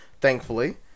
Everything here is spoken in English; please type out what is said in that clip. thankfully